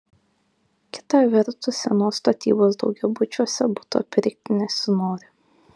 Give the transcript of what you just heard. kita vertus senos statybos daugiabučiuose buto pirkti nesinori